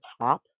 top